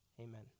Amen